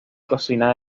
cocina